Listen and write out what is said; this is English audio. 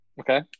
Okay